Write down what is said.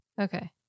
Okay